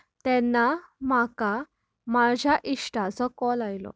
तेन्ना म्हाका म्हाज्या इश्टाचो कॉल आयलो